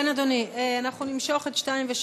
כן, אדוני, אנחנו נמשוך את 2 ו-3.